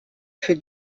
für